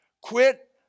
Quit